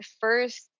first